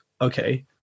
okay